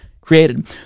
created